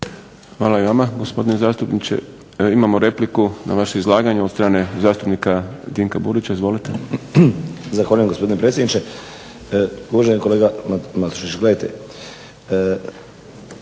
Hvala i vama gospodine zastupniče. Imamo repliku na vaše izlaganje od strane zastupnika Dinka Burić. Izvolite. **Burić, Dinko (HDSSB)** Zahvaljujem gospodine predsjedniče. Uvaženi kolega Matušić, gledajte